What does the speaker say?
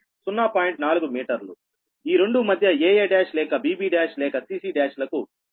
4 మీటర్లుఈ రెండు మధ్య aa1 లేక bb1 లేక cc1 లకు d 0